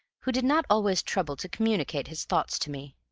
who did not always trouble to communicate his thoughts to me.